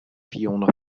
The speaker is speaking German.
fiona